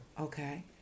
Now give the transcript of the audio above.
Okay